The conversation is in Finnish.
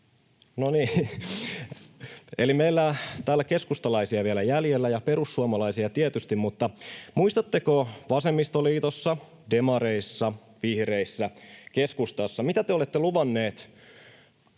— Eli meillä on täällä keskustalaisia vielä jäljellä ja perussuomalaisia tietysti, mutta muistatteko vasemmistoliitossa, demareissa, vihreissä, keskustassa, mitä te olette luvanneet,